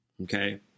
Okay